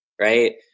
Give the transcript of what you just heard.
right